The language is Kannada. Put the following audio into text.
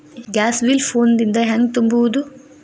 ಗ್ಯಾಸ್ ಬಿಲ್ ಫೋನ್ ದಿಂದ ಹ್ಯಾಂಗ ತುಂಬುವುದು?